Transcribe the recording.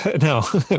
no